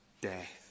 death